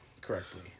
correctly